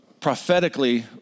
prophetically